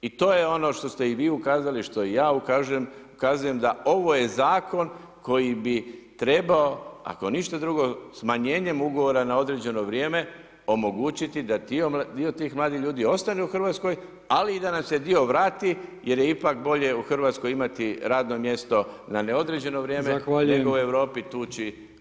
I to je ono i što ste i vi ukazali, što i ja ukazujem da ovo je zakon koji bi trebao, ako ništa drugo, smanjenjem ugovora na određeno vrijeme omogućiti da dio tih mladih ljudi ostane u Hrvatskoj, ali i da nam se dio vrati, jer je ipak bolje u Hrvatskoj imati radno mjesto na neodređeno vrijeme, nego u Europi tući.